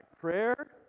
prayer